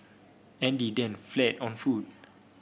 Andy then fled on foot